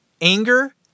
anger